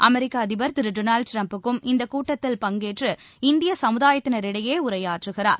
அமெரிக்க அதிபர் திரு டொனால்ட் ட்ரம்ப்பும் இந்தக் கூட்டத்தில் பங்கேற்று இந்திய சமுதாயத்தினரிடையே உரையாற்றுகிறார்